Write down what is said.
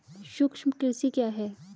सूक्ष्म कृषि क्या है?